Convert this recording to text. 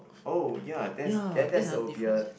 oh ya that's then that's a will be a